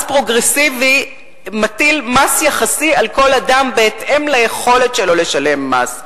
מס פרוגרסיבי מטיל מס יחסי על כל אדם בהתאם ליכולת שלו לשלם מס.